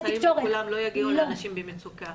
המסרים לכולם לא יגיעו לאנשים במצוקה.